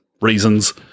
reasons